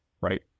right